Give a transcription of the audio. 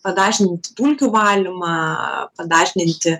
padažninti dulkių valymą padažninti